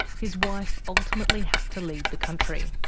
his wife ultimately had to leave the country.